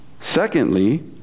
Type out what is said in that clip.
Secondly